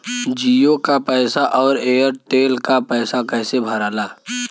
जीओ का पैसा और एयर तेलका पैसा कैसे भराला?